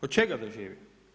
Od čega da živi?